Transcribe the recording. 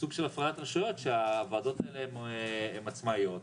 סוג של הפרדת רשויות שהוועדות האלה הן עצמאיות.